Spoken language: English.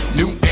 new